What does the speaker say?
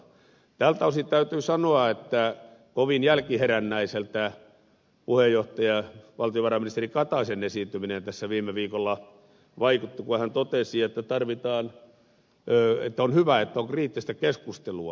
tältä osin täytyy sanoa että kovin jälkiherännäiseltä puheenjohtaja valtiovarainministeri kataisen esiintyminen tässä viime viikolla vaikutti kun hän totesi että on hyvä että on kriittistä keskustelua